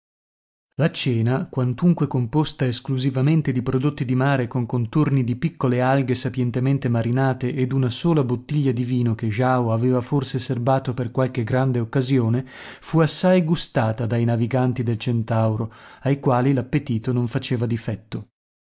la cena quantunque composta esclusivamente di prodotti di mare con contorni di piccole alghe sapientemente marinate e d'una sola bottiglia di vino che jao aveva forse serbato per qualche grande occasione fu assai gustato dai naviganti del centauro ai quali l'appetito non faceva difetto